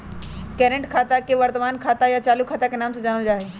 current खाता के वर्तमान खाता या चालू खाता के नाम से जानल जाई छई